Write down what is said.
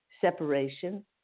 separation